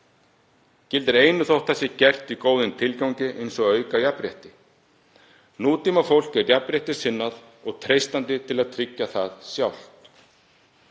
Gildir einu þótt það sé gert í góðum tilgangi eins og að auka jafnrétti. Nútímafólk er jafnréttissinnað og treystandi til að tryggja það sjálft.